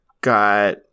got